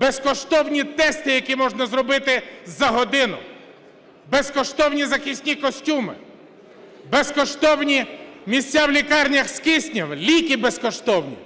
безкоштовні тести, які можна зробити за годину, безкоштовні захисні костюми, безкоштовні місця в лікарнях з киснем, ліки безкоштовні